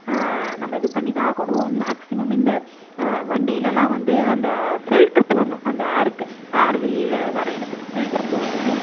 நம்ம இது பண்ணி தான் ஆகணும் மேக்சிமம் இந்த வண்டிலலாம் வந்து அந்த ஃபில்டரு போடணும் அந்த ஏருக்கு ஏர் வெளியில் வர இடத்துக்கு ஃபில்டரு போடணும்